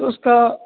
اس کا